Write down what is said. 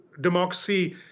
democracy